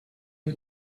you